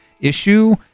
issue